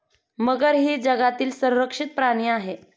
मगर ही जगातील संरक्षित प्राणी आहे